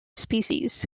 species